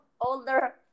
older